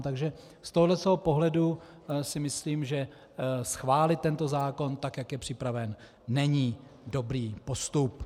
Takže z tohoto pohledu si myslím, že schválit tento zákon tak, jak je připraven, není dobrý postup.